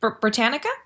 Britannica